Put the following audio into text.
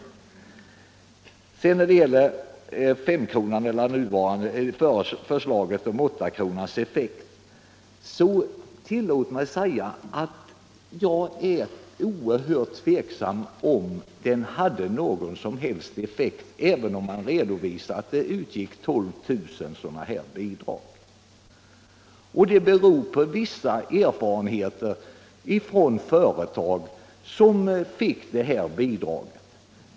Tillåt mig när det gäller femkronan — enligt förslaget åttakronan — och dess effekt säga att jag är oerhört tveksam om den hade någon som helst effekt även om man redovisar att det utgick 12 000 sådana bidrag. Det beror på vissa erfarenheter från företag som fick detta bidrag.